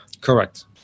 Correct